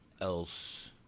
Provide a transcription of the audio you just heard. else